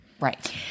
Right